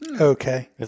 okay